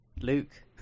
Luke